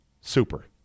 super